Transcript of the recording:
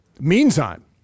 Meantime